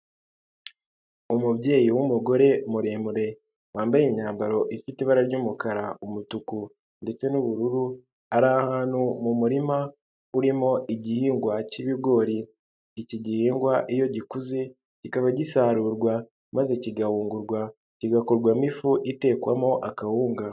Umubyeyi w'umugore muremure, wambaye imyambaro ifite ibara ry'umukara, umutuku ndetse n'ubururu, ari ahantu mu murima urimo igihingwa k'ibigori, iki gihingwa iyo gikuze kikaba gisarurwa maze kigahungurwa, kigakorwarwamo ifu itekwamo akawunga.